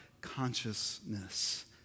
consciousness